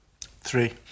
Three